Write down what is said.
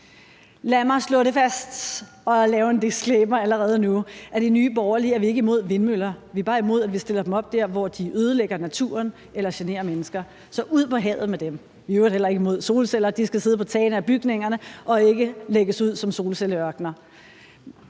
Lad mig slå det fast og lave en disclaimer allerede nu: I Nye Borgerlige er vi ikke imod vindmøller. Vi er bare imod, at vi stiller dem op, hvor de ødelægger naturen eller generer mennesker – så ud på havet med dem! Vi er i øvrigt heller ikke imod solceller. De skal sidde på tagene af bygningerne og ikke lægges ud som solcelleørkener.